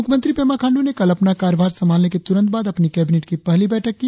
मुख्यमंत्री पेमा खांडू ने कल अपना कार्यभार संभालने के तुरंत बाद अपनी कैबीनेट की पहली बैठक की